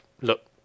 look